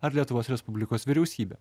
ar lietuvos respublikos vyriausybė